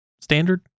standard